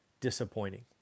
disappointing